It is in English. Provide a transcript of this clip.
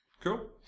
Cool